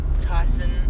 Tyson